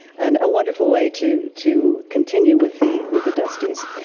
and a wonderful way to to continue with the with the dustys.